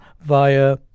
via